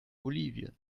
bolivien